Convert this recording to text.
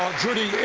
judy,